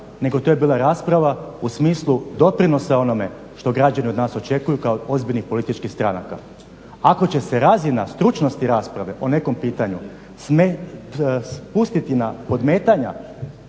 nego to je bila rasprava u smislu doprinosa onome što građani od nas očekuju kao ozbiljnih političkih stranaka. Ako će se razina stručnosti rasprave o nekom pitanju spustiti na podmetanja